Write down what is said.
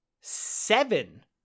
seven